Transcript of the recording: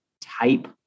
type